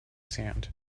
sand